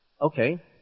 Okay